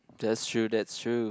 that's true that's true